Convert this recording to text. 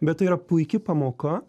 bet tai yra puiki pamoka